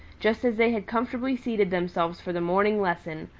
just as they had comfortably seated themselves for the morning lesson,